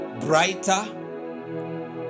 brighter